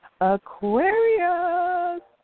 Aquarius